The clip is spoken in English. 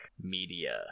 media